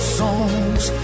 songs